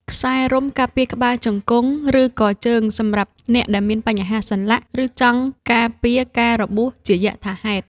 ខ្សែរុំការពារក្បាលជង្គង់ ឬកជើងសម្រាប់អ្នកដែលមានបញ្ហាសន្លាក់ ឬចង់ការពារការរបួសជាយថាហេតុ។